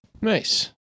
Nice